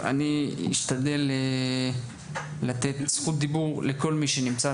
אשתדל לתת זכות דיבור לכל האורחים,